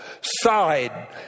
side